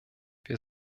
wir